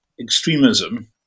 extremism